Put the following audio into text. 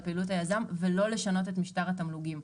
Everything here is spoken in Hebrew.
פעילות היזם ולא לשנות את משטר התמלוגים.